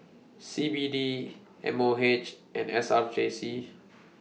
C B D M O H and S R J C